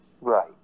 Right